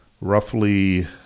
roughly